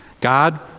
God